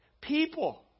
people